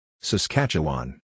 Saskatchewan